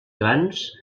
grans